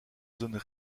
zones